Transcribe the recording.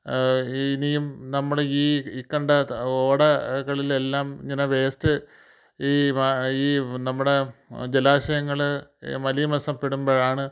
ഇനിയും നമ്മള് ഈ ഇക്കണ്ട ഓടകളിലെല്ലാം ഇങ്ങനെ വേസ്റ്റ് ഈ ഈ നമ്മുടെ ജലാശയങ്ങൾ മലീമസപ്പെടുമ്പോഴാണ്